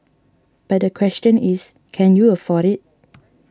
but the question is can you afford it